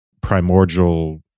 primordial